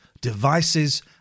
devices